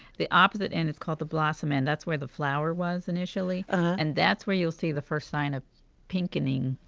the opposite end is called the blossom end, and that's where the flower was initially. and that's where you'll see the first sign of pinkening,